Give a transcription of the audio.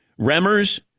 Remmers